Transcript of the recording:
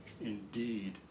Indeed